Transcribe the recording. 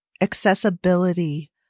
accessibility